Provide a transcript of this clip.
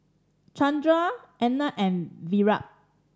Chandra Anand and Virat